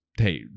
hey